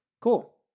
Cool